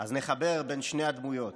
אז נחבר בין שתי הדמויות,